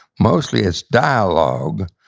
mostly it's dialogue,